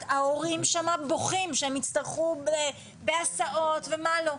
ההורים שם בוכים שהם יצטרכו בהסעות ומה לא.